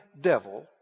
devil